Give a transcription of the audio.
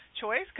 choice